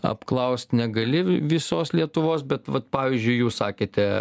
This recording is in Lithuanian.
apklaust negali visos lietuvos bet vat pavyzdžiui jūs sakėte